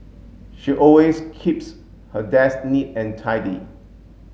she always keeps her desk neat and tidy